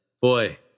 Boy